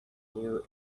new